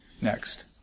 next